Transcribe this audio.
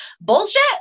bullshit